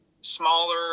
smaller